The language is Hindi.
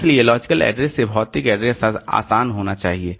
इसलिए लॉजिकल एड्रेस से भौतिक एड्रेस आसान होना चाहिए